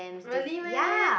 really meh